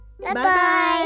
Bye-bye